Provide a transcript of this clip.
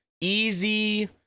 easy